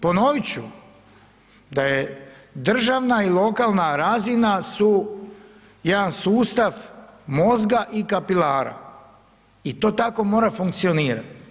Ponovit ću, da je državna i lokalna razina su jedan sustav mozga i kapilara i to tako mora funkcionirati.